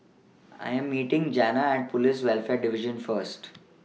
I Am meeting Janna At Police Welfare Division First